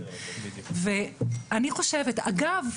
אגב,